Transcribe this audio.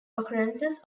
occurrences